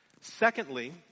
Secondly